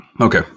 Okay